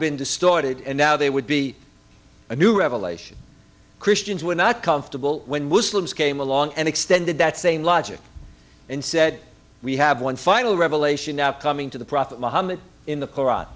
been distorted and now they would be a new revelation christians were not comfortable when muslims came along and extended that same logic and said we have one final revelation now coming to the prophet mohammed in the koran